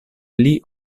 pli